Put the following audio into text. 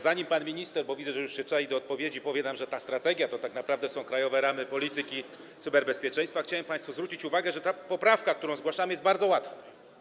Zanim pan minister, bo widzę, że już się czai do odpowiedzi, powie nam, że ta strategia to tak naprawdę są „Krajowe ramy polityki cyberbezpieczeństwa”, chciałem zwrócić państwa uwagę na to, że ta poprawka, którą zgłaszamy, jest bardzo łatwa.